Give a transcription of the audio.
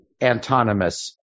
antonymous